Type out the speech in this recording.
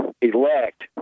elect